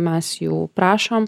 mes jų prašom